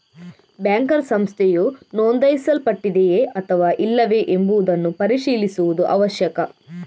banker ಸಂಸ್ಥೆಯು ನೋಂದಾಯಿಸಲ್ಪಟ್ಟಿದೆಯೇ ಅಥವಾ ಇಲ್ಲವೇ ಎಂಬುದನ್ನು ಪರಿಶೀಲಿಸುವುದು ಅವಶ್ಯಕ